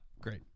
Great